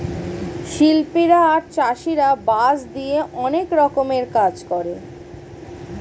শিল্পীরা আর চাষীরা বাঁশ দিয়ে অনেক রকমের কাজ করে